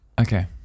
Okay